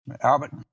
Albert